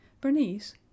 Bernice